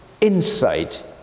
insight